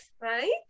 right